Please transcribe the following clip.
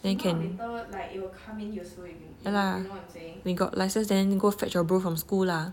then can yeah lah when got license then go fetch your bro from school lah